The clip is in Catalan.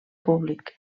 públic